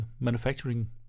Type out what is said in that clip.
Manufacturing